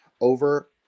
over